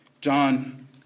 John